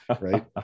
right